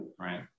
right